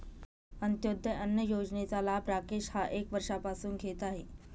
अंत्योदय अन्न योजनेचा लाभ राकेश हा एक वर्षापासून घेत आहे